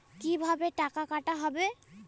কিভাবে টাকা কাটা হবে?